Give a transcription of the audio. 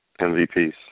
MVPs